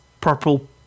purple